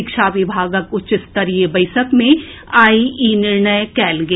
शिक्षा विभागक उच्च स्तरीय बैसक मे आई ई निर्णय कएल गेल